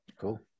Cool